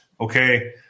okay